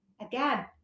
again